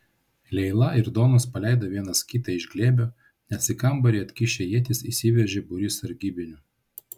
leila ir donas paleido vienas kitą iš glėbio nes į kambarį atkišę ietis įsiveržė būrys sargybinių